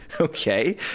okay